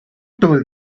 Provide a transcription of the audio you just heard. told